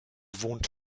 wohnt